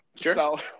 Sure